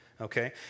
Okay